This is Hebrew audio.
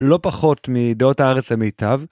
לא פחות מדעות הארץ המיטב.